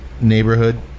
neighborhood